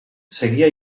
seguia